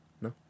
no